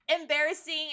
embarrassing